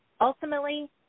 Ultimately